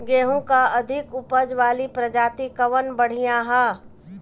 गेहूँ क अधिक ऊपज वाली प्रजाति कवन बढ़ियां ह?